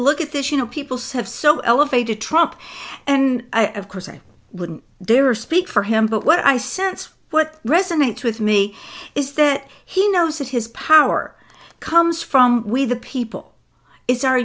look at this you know people's have so elevated trump and i of course i wouldn't there are speak for him but what i sense what resonates with me is that he knows that his power comes from we the people it's our